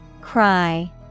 Cry